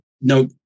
no